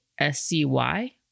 SCY